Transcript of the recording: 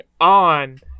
on